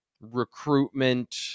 recruitment